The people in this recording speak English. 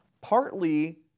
partly